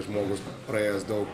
žmogus praėjęs daug